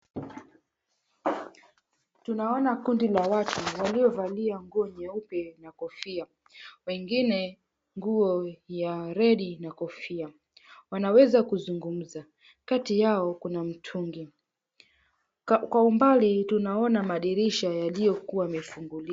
Tunaona kundi la watu waliovalia nguo nyeupe na kofia wengine nguo ya red na kofia wanaweza kuzungumza kati yao kuna mitungi. Kwa umbali tunaona madirisha yaliyokua yamefunguliwa.